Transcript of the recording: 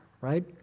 right